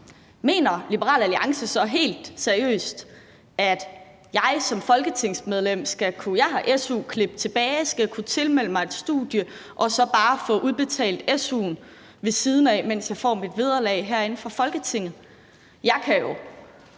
Mener Liberal Alliance så helt seriøst, at jeg som folketingsmedlem – og jeg har su-klip tilbage – skal kunne tilmelde mig et studie og så bare få udbetalt su'en ved siden af, mens jeg får mit vederlag fra Folketinget? Jeg kan jo